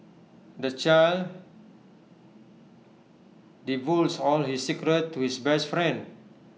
the child divulged all his secrets to his best friend